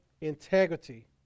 integrity